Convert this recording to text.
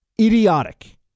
idiotic